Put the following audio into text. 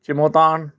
ਚਿਮੋਤਾਣ